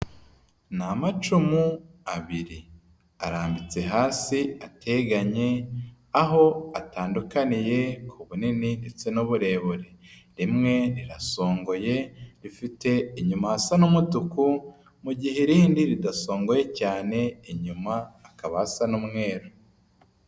Ni amacumu abiri arambitse hasi ateganye aho atandukaniye ku bunini ndetse n'uburebure, rimwe irasongoye, rifite inyuma hasa n'umutuku mu gihe irindi ridasongoye cyane, inyuma hakaba hasa n'umweru.